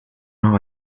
noch